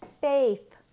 faith